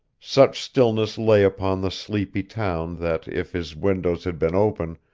such stillness lay upon the sleepy town that if his windows had been open,